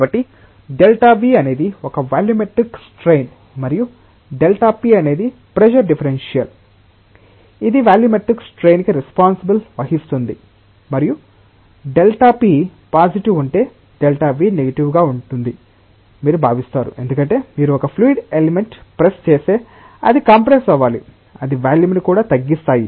కాబట్టి Δ𝜐 అనేది ఒక వాల్యూమెట్రిక్ స్ట్రైన్ మరియు Δ𝑝 అనేది ప్రెషర్ డిఫరెన్షియల్ ఇది వాల్యూమెట్రిక్ స్త్రైన్ కి రెస్పాన్సిబుల్ వహిస్తుంది మరియు Δp పాసిటివ్ ఉంటే Δv నెగటివ్ గా ఉంటుందని మీరు భావిస్తారు ఎందుకంటే మీరు ఒక ఫ్లూయిడ్ ఎలిమెంట్ ప్రెస్ చేస్తే అది కంప్రెస్స్ అవ్వాలి అది వాల్యూమ్ ని కుడా తగ్గిస్తాయి